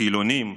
חילונים.